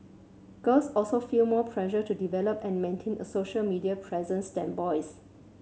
girls also feel more pressure to develop and maintain a social media presence than boys